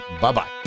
Bye-bye